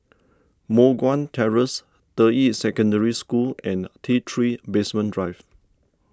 Moh Guan Terrace Deyi Secondary School and T three Basement Drive